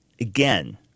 again